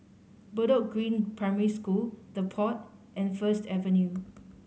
Bedok Green Primary School The Pod and First Avenue